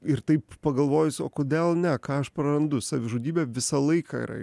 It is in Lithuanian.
ir taip pagalvojus o kodėl ne ką aš prarandu savižudybė visą laiką yra